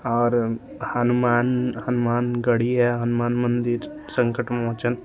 और हनुमान हनुमान गढ़ी है हनुमान मन्दिर संकटमोचन